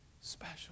special